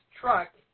truck